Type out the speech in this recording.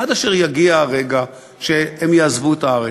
עד אשר יגיע הרגע שהם יעזבו את הארץ,